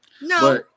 no